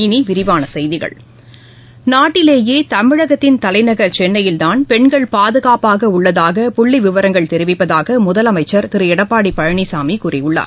இனி விரிவான செய்திகள் நாட்டிலேயே தமிழகத்தின் தலைநகர் சென்னையில்தான் பெண்கள் பாதுகாப்பாக உள்ளதாக புள்ளி விவரங்கள் தெரிவிப்பதாக முதலமைச்சர் திரு எடப்பாடி பழனிசாமி கூறியுள்ளார்